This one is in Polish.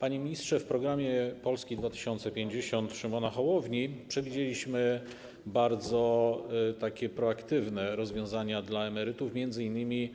Panie ministrze, w programie Polski 2050 Szymona Hołowni przewidzieliśmy bardzo proaktywne rozwiązania dla emerytów, m.in.